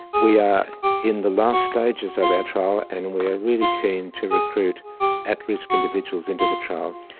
we are in the last stages of our trial and we are really keen to recruit at-risk individuals into the trial.